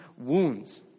wounds